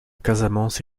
casamance